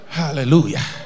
hallelujah